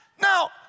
Now